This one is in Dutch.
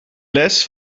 les